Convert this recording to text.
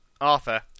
Arthur